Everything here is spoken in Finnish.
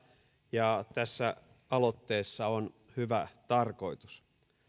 ja tässä aloitteessa on hyvä tarkoitus